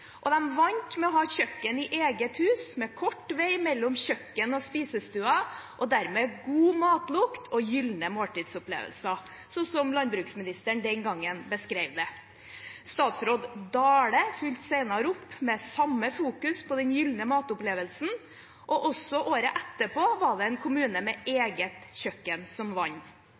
og måltidsopplevelsen, og de vant med å ha kjøkken i eget hus, med kort vei mellom kjøkken og spisestuen, og dermed god matlukt og gylne måltidsopplevelser, sånn som landbruksministeren den gang beskrev det. Statsråd Dale fulgte senere opp med på samme måte å fokusere på den gylne matopplevelsen, og også året etterpå var det en kommune med eget kjøkken som